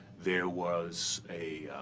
there was a